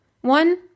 one